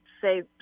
say